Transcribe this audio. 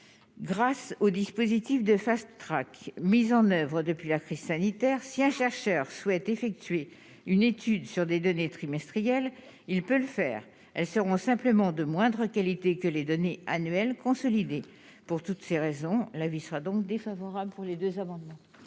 grâce au dispositif de Fast Track mises en oeuvre depuis la crise sanitaire, si un chercheur souhaite effectuer une étude sur des données trimestrielles, il peut le faire, elles seront simplement de moindre qualité que les données annuels consolidés pour toutes ces raisons, l'avis sera donc défavorable pour les 2. C'est,